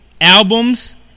albums